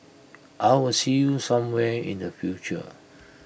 I'll will see you somewhere in the future